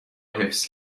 حفظ